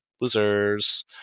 Losers